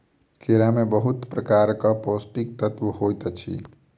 केरा में बहुत प्रकारक पौष्टिक तत्व होइत अछि